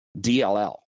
DLL